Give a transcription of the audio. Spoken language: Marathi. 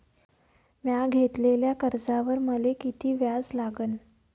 म्या घेतलेल्या कर्जावर मले किती व्याज लागन?